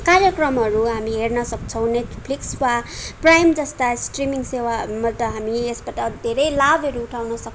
कार्यक्रमहरू हामी हेर्न सक्छौँ नेटफ्लिक्स वा प्राइम जस्ता स्ट्रिमिङ सेवाहरूबाट हामी यसबाट धेरै लाभहरू उठाउन सक्छौँ